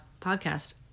podcast